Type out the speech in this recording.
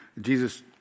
Jesus